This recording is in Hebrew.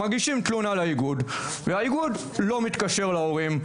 מגישים תלונה לאיגוד והאיגוד לא מתקשר להורים,